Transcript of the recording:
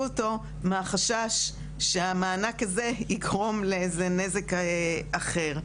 אותו מהחשש שהמענק הזה יגרום לאיזה נזק אחר.